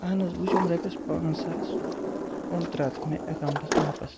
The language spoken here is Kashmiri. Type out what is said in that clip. اہن حظ وُچھِ ہُم رۄپیَس پانٛژھ ساس یِم تارو تہٕ مےٚ اٮ۪کاونٛٹَس واپَس